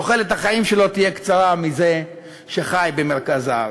תוחלת החיים שלו תהיה קצרה משל זה שחי במרכז הארץ.